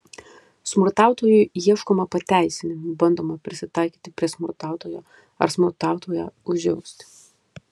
smurtautojui ieškoma pateisinimų bandoma prisitaikyti prie smurtautojo ar smurtautoją užjausti